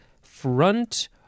front